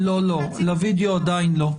לא, לווידאו הם עדיין לא.